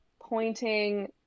pointing